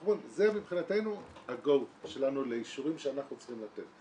אנחנו אומרים שזה מבחינתנו הגו שלנו לאישורים שאנחנו צריכים לתת.